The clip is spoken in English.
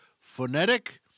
phonetic